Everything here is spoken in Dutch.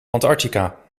antarctica